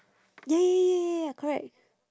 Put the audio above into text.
ya ya ya ya ya correct